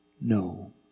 No